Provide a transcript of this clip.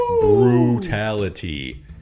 Brutality